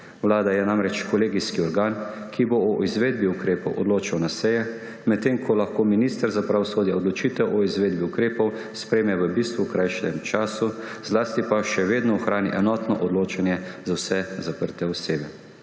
Vlada je namreč kolegijski organ, ki bo o izvedbi ukrepov odločal na sejah, medtem ko lahko minister za pravosodje odločitev o izvedbi ukrepov sprejme v bistveno krajšem času, zlasti pa še vedno ohrani enotno odločanje za vse zaprte osebe.